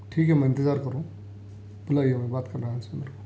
ٹھیک ہے میں انتظار کرہا ہوں بلائیے میں بات کرنا ان سے میرے کو